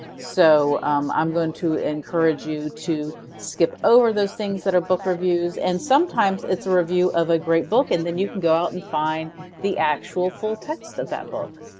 so i'm going to encourage you to skip over those things that are book reviews. and sometimes it's a review of a great book and then you can go out and find the actual full text of that book.